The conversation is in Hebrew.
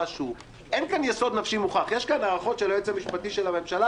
אין סיבה להיכנס למקומות האלה.